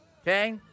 okay